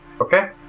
Okay